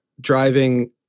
driving